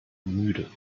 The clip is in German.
müde